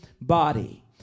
body